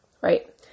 Right